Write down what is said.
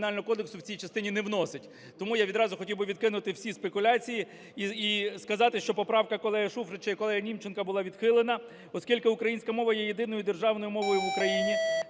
Кримінального кодексу в цій частині не вносить. Тому я відразу хотів би відкинути всі спекуляції і сказати, що поправка колеги Шуфрича і колегиНімченка була відхилена, оскільки українська мова є єдиною державною мовою в Україні